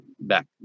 back